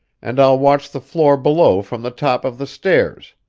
and i'll watch the floor below from the top of the stairs.